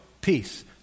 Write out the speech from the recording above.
peace